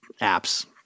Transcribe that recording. apps